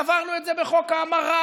עברנו את זה בחוק ההמרה,